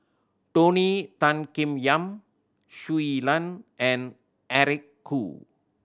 Tony Tan Keng Yam Shui Lan and Eric Khoo